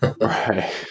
Right